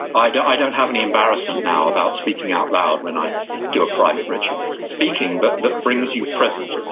i don't i don't have any embarrassment now about speaking out loud when i do a private ritual. speaking that that brings you present.